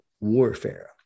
warfare